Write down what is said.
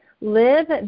live